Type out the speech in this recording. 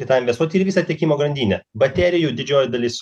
į tą investuot ir į visą tiekimo grandinę baterijų didžioji dalis